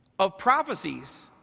of prophecies,